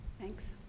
Thanks